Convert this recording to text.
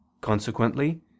Consequently